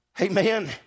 amen